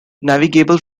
navigable